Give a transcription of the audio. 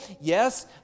Yes